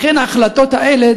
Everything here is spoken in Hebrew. לכן ההחלטות האלה,